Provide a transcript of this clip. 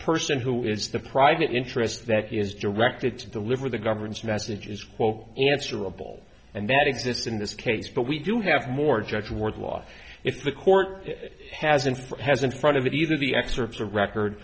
person who is the private interests that is directed to deliver the government's message is quote answerable and that exists in this case but we do have more judge wardlaw if the court if it has been for has in front of it either the excerpts of record